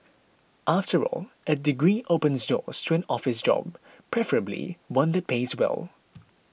after all a degree opens doors to an office job preferably one that pays well